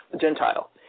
Gentile